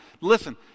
listen